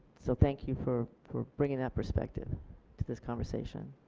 so thank you for for bringing that perspective to this conversation.